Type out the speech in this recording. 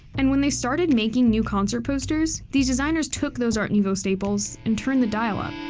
and when they started making new concert posters, these designers took those art nouveau staples and turned the dial up.